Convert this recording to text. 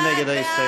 מי נגד ההסתייגות?